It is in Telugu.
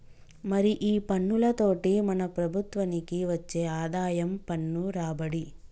మరి ఈ పన్నులతోటి మన ప్రభుత్వనికి వచ్చే ఆదాయం పన్ను రాబడి